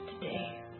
today